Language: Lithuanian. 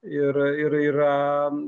ir ir yra